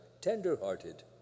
tender-hearted